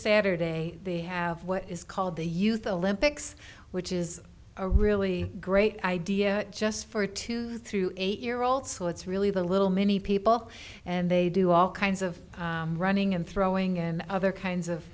saturday they have what is called the youth olympics which is a really great idea just for two through eight year old school it's really the little many people and they do all kinds of running and throwing and other kinds